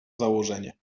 założenie